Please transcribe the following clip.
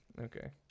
Okay